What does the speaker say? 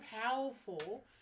powerful